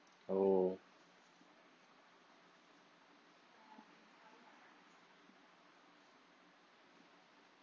oh